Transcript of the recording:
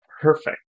Perfect